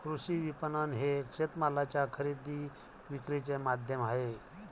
कृषी विपणन हे शेतमालाच्या खरेदी विक्रीचे माध्यम आहे